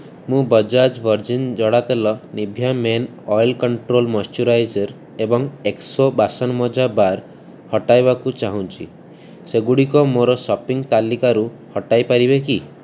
ମୁଁ ବଜାଜ ଭର୍ଜିନ୍ ଜଡ଼ା ତେଲ Nivea men oil control moisturizer ଏବଂ ଏକ୍ସୋ ବାସନମଜା ବାର୍ ହଟାଇବାକୁ ଚାହୁଁଛି ସେଗୁଡ଼ିକୁ ମୋର ସପିଂ ତାଲିକାରୁ ହଟାଇ ପାରିବେ କି